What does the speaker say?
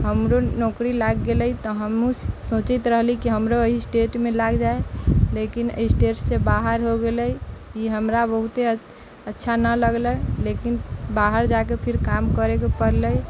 हमरो नौकरी लागि गेलै तऽ हमहूँ सोचैत रहलिए कि हमरो एही स्टेटमे लागि जाइ लेकिन एहि स्टेटसँ बाहर हो गेलै ई हमरा बहुते अच्छा नहि लगलै लेकिन बाहर जाके फेर काम करैके पड़लै